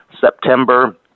September